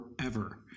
forever